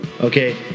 okay